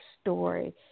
story